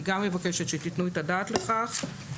אני מבקשת שתיתנו את הדעת על כך.